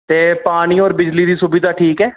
ते पानी होर बिजली दी सुविधा ठीक ऐ